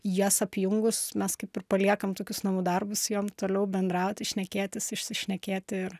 jas apjungus mes kaip ir paliekam tokius namų darbus jom toliau bendrauti šnekėtis išsišnekėti ir